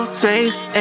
taste